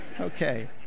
Okay